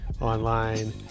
online